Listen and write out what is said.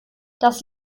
das